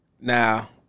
Now